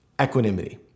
equanimity